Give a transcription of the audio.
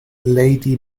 lady